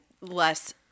less